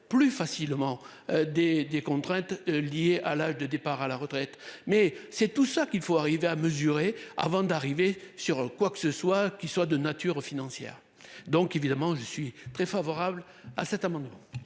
plus facilement des, des contraintes liées à l'âge de départ à la retraite mais c'est tout ça qu'il faut arriver à mesurer avant d'arriver sur quoi que ce soit qui soit de nature financière. Donc évidemment, je suis très favorable à cet amendement.